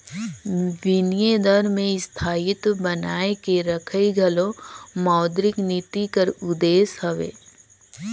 बिनिमय दर में स्थायित्व बनाए के रखई घलो मौद्रिक नीति कर उद्देस हवे